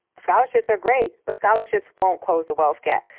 scholarships are great. but scholarships won't close the wealth gap.